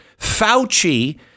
Fauci